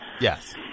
Yes